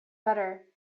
better